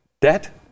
debt